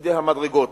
בצדי המדרגות.